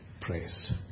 praise